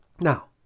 Now